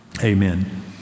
amen